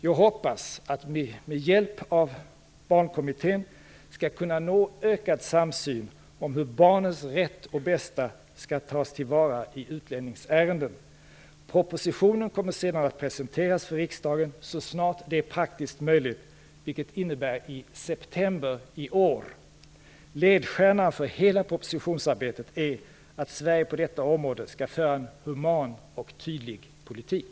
Jag hoppas att vi med hjälp av Barnkommittén skall kunna nå ökad samsyn om hur barnens rätt och bästa skall tas till vara i utlänningsärenden. Propositionen kommer sedan att presenteras för riksdagen så snart det är praktiskt möjligt, vilket innebär i september i år. Ledstjärnan för hela propositionsarbetet är att Sverige på detta område skall föra en human och tydlig politik.